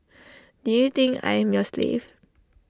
do you think I am your slave